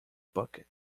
bucket